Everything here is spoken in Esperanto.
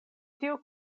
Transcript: tiu